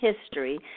history